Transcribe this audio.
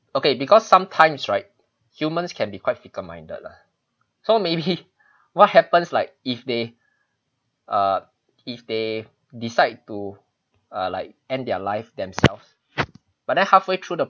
okay because sometimes right humans can be quite fickle minded lah so maybe what happens like if they uh if they decide to uh like end their life themselves but then halfway through the